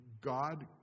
God